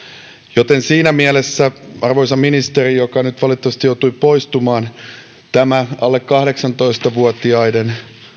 joten siinä mielessä arvoisa ministeri joka nyt valitettavasti joutui poistumaan tämä alle kahdeksantoista vuotiaiden